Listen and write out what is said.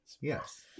Yes